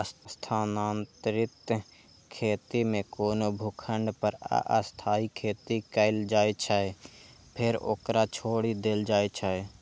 स्थानांतरित खेती मे कोनो भूखंड पर अस्थायी खेती कैल जाइ छै, फेर ओकरा छोड़ि देल जाइ छै